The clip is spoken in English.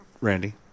Randy